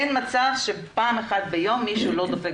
אין מצב שפעם אחת ביום מישהו לא דופק